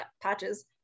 patches